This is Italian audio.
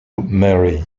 marie